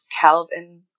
Calvin